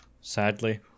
sadly